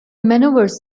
manoeuvres